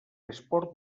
esport